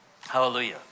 Hallelujah